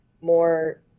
more